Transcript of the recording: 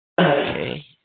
Okay